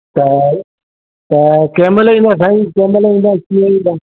त त कंहिं महिल ईंदव साईं कंहिं महिल ईंदव कीअं ईंदव